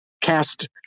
cast